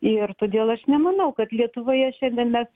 ir todėl aš nemanau kad lietuvoje šiandien mes